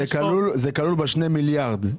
זה כלול ב-2 מיליארד שקל.